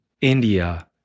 India